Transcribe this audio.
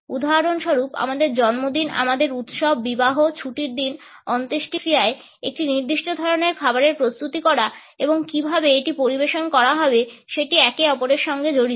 উদাহরণস্বরূপ আমাদের জন্মদিন আমাদের উৎসব বিবাহ ছুটির দিন অন্ত্যেষ্টিক্রিয়ায় একটি নির্দিষ্ট ধরণের খাবারের প্রস্তুতি করা এবং কীভাবে এটি পরিবেশন করা হবে সেটি একে অপরের সাথে জড়িত